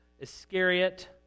Iscariot